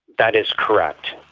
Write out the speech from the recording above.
that is correct.